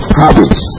habits